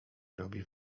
robi